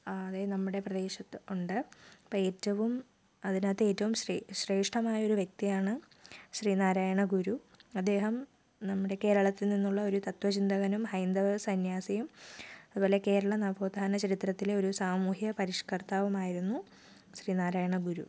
ആകെ നമ്മുടെ പ്രദേശത്ത് ഉണ്ട് അപ്പം ഏറ്റവും അതിനകത്ത് ഏറ്റവും ശ്രേഷ്ഠമായ ഒരു വ്യക്തിയാണ് ശ്രീനാരായണഗുരു അദ്ദേഹം നമ്മുടെ കേരളത്തിൽ നിന്നുള്ള ഒരു തത്വചിന്തകനും ഹൈന്ദവ സന്യാസിയും അതുപോലെ കേരള നവോത്ഥാന ചരിത്രത്തിലെ ഒരു സാമൂഹ്യ പരിഷ്കർത്താവുമായിരുന്നു ശ്രീനാരായണഗുരു